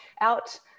out